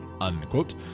unquote